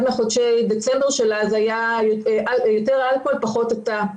מחודשי דצמבר שלה זה היה 'יותר אלכוהול פחות אתה'.